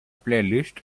playlist